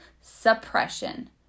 Suppression